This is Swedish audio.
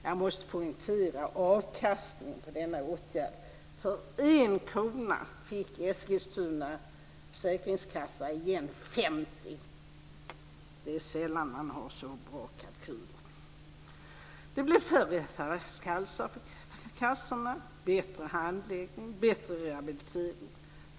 Jag måste poängtera att avkastningen på denna åtgärd var att för 1 krona fick Eskilstunas försäkringskassa igen 50 kr. Det är sällan man har så bra kalkyler. Det blev färre flaskhalsar hos kassorna, bättre handläggning och bättre rehabilitering.